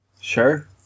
Sure